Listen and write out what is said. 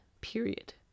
Period